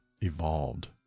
evolved